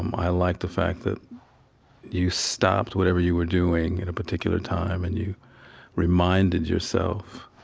i like the fact that you stopped whatever you were doing at a particular time and you reminded yourself,